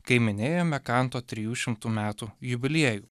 kai minėjome kanto trijų šimtų metų jubiliejų